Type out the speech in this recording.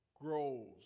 grows